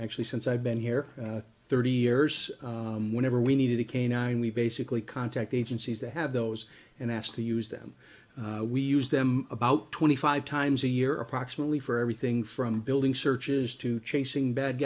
actually since i've been here thirty years whenever we needed a canine we basically contact the agencies that have those and asked to use them we use them about twenty five times a year approximately for everything from building searches to chasing bad